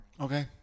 Okay